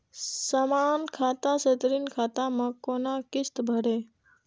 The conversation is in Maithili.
समान खाता से ऋण खाता मैं कोना किस्त भैर?